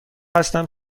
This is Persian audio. هستم